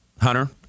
Hunter